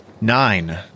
Nine